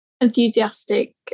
enthusiastic